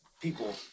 People